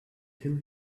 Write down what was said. till